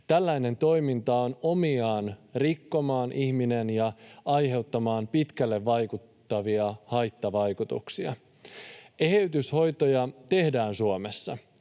Tällainen toiminta on omiaan rikkomaan ihmisen ja aiheuttamaan pitkälle vaikuttavia haittavaikutuksia. Eheytyshoitoja tehdään Suomessa.